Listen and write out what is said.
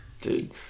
dude